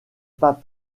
pas